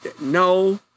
no